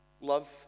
love